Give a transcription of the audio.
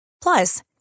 Plus